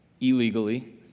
Illegally